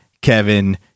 Kevin